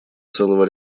целого